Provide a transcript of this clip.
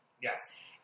yes